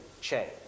change